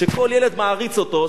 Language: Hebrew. שכל ילד מעריץ אותו,